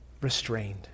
restrained